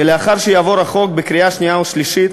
ולאחר שיעבור החוק בקריאה שנייה ושלישית,